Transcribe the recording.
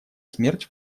смерть